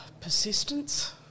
Persistence